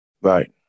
Right